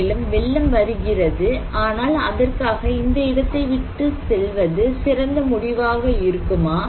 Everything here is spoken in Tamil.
மேலும் வெள்ளம் வருகிறது ஆனால் அதற்காக இந்த இடத்தை விட்டு செல்வது சிறந்த முடிவாக இருக்குமா